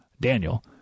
Daniel